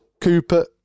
Cooper